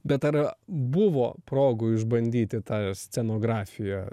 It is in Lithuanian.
bet ar buvo progų išbandyti tą scenografiją